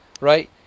Right